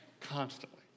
constantly